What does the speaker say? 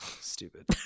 Stupid